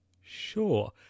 sure